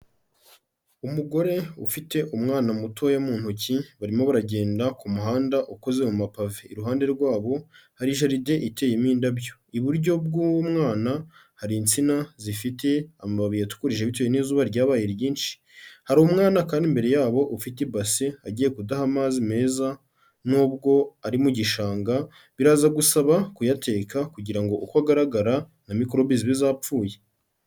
Umugore ufite umwana mutoya mu ntoki barimo baragenda ku muhanda ukuze mu mapave, iruhande rwabo hari jaride iteyemo indabyo, iburyo bw'umwana hari insina zifite amababiye yatukurije bitewe n'izuba ryabaye ryinshi, hari umwana kandi imbere yabo ufite basi agiye kudaha amazi meza nubwo ari mu gishanga, biraza gusaba kuyateka kugira ngo uko agaragara na mikorobe zibe zapfuye.